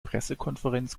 pressekonferenz